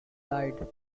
died